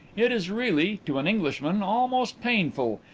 it is really to an englishman almost painful.